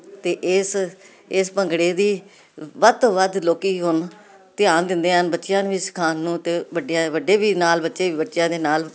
ਤੇ ਇਸ ਇਸ ਭੰਗੜੇ ਦੀ ਵੱਧ ਤੋਂ ਵੱਧ ਲੋਕੀ ਹੁਣ ਧਿਆਨ ਦਿੰਦੇ ਹਨ ਬੱਚਿਆਂ ਨੂੰ ਵੀ ਸਿਖਾਣ ਨੂੰ ਤੇ ਵੱਡੀਆਂ ਵੱਡੇ ਵੀ ਨਾਲ ਬੱਚੇ ਬੱਚਿਆਂ ਦੇ ਨਾਲ